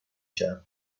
شوم